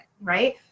Right